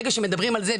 ברגע שמדברים על זה,